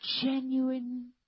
genuine